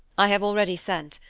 i have already sent,